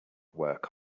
work